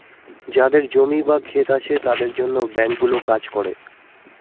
যাদের জমি বা ক্ষেত আছে তাদের জন্য ব্যাঙ্কগুলো কাজ করে